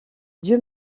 dieu